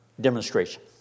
demonstration